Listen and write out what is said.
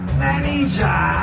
manager